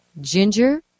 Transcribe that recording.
ginger